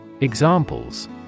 Examples